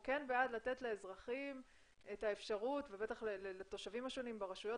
לאזרחים את האפשרות ובטח לתושבים השונים ברשויות